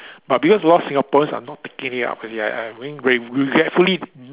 but because a lot of Singaporeans are not taking it up you see I I mean grate~ regretfully